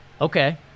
Okay